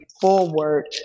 forward